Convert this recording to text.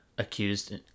Accused